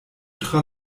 tra